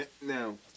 Now